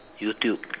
YouTube